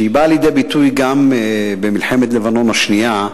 שבאה לידי ביטוי גם במלחמת לבנון השנייה: